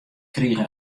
krige